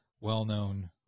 well-known